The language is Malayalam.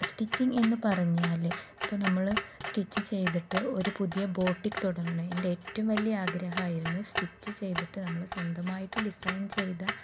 സ്റ്റിച്ചിങ് എന്നു പറഞ്ഞാല് ഇപ്പോള് നമ്മള് സ്റ്റിച്ച് ചെയ്തിട്ട് ഒരു പുതിയ ബോട്ടിക്ക് തുടങ്ങണം എൻ്റെ ഏറ്റവും വലിയ ആഗ്രഹമായിരുന്നു സ്റ്റിച്ച് ചെയ്തിട്ട് നമ്മള് സ്വന്തമായിട്ട് ഡിസൈൻ ചെയ്ത